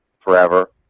forever